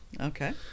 Okay